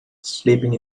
sleeping